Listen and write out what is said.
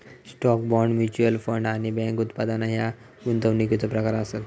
stock, bond, mutual fund आणि bank उत्पादना ह्या गुंतवणुकीचो प्रकार आसत